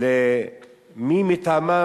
למי מטעמה,